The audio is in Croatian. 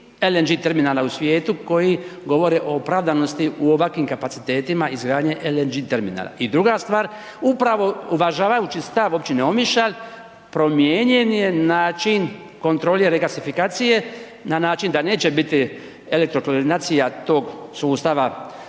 LNG terminala u svijetu koji govore o opravdanosti u ovakvim kapacitetima izgradnje LNG terminala. I druga stvar, upravo uvažavajući stav općine Omišalj promijenjen je način kontrole regasifikacije na način da neće biti elektro …/Govornik se